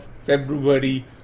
February